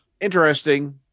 interesting